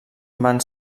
van